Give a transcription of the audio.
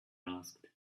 asked